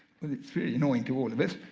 well, it's really annoying to all of us.